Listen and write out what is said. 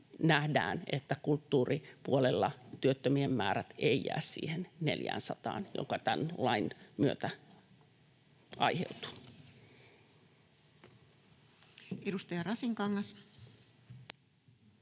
että kulttuuripuolella työttömien määrä ei jää siihen 400:aan, joka tämän lain myötä aiheutuu. Edustaja Rasinkangas.